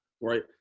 right